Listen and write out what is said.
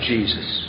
Jesus